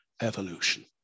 evolution